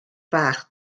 bach